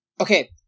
okay